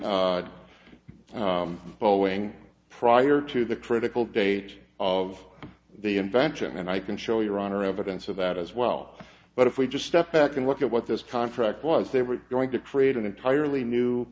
boeing prior to the critical date of the invention and i can show your honor evidence of that as well but if we just step back and look at what this contract was they were going to create an entirely new